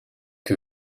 que